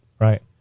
Right